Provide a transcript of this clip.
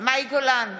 מאי גולן,